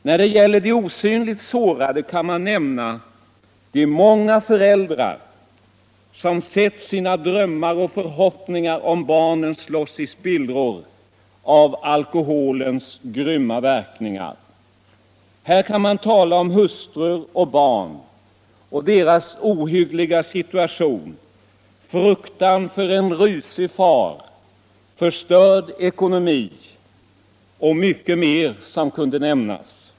När det gäller de osynligt sårade kan man nämna de många föräldrar som sett sina drömmar och förhoppningar om barnen slås i spillror av alkoholens grymma verkningar. Man kan här också nämna hustrur och barn och deras ohyggliga situation: fruktan för en rusig far, en förstörd ekonomi och mycket annat.